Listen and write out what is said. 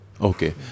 Okay